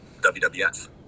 WWF